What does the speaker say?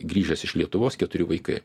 grįžęs iš lietuvos keturi vaikai